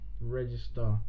register